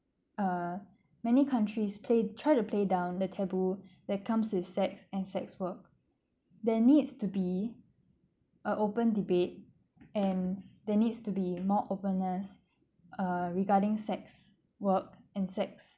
uh many countries played try to play down the taboo that comes with sex and sex work there needs to be uh open debate and there needs to be more openness uh regarding sex work and sex